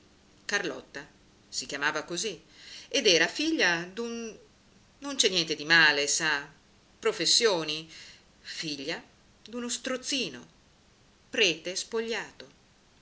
carlotta si chiamava così ed era figlia d'un non c'è niente di male sa professioni figlia d'uno strozzino prete spogliato